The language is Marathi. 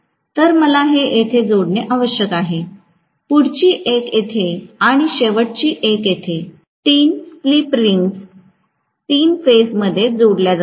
तर मला हे येथे जोडणे आवश्यक आहे पुढची एक येथे आणि शेवटची एक येथे 3 स्लिप रिंग्ज तीन फेजमध्ये जोडल्या जातील